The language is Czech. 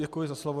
Děkuji za slovo.